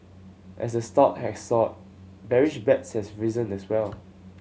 as the stock has soared bearish bets has risen as well